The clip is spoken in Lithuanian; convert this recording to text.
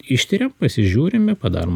ištiriam pasižiūrim i padarom